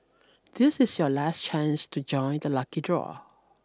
this is your last chance to join the lucky draw